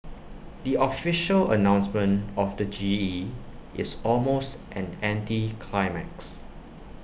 the official announcement of the G E is almost an anticlimax